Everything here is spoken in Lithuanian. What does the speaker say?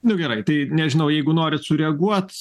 nu gerai tai nežinau jeigu norit sureaguot